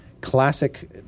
classic